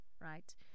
right